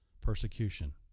persecution